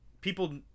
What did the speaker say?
people